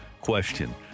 question